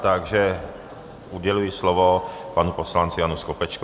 Takže uděluji slovo panu poslanci Janu Skopečkovi.